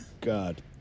God